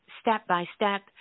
step-by-step